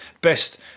best